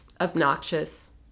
obnoxious